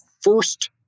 first